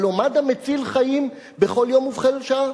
הלוא מד"א מציל חיים בכל יום ובכל שעה.